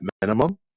minimum